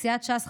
סיעת ש"ס,